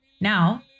Now